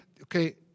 okay